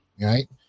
right